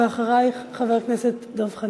ואחרייך, חבר הכנסת דב חנין.